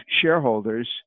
shareholders